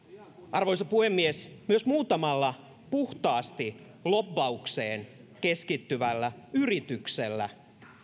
arvoisa puhemies myös muutamalla puhtaasti lobbaukseen keskittyvällä yrityksellä on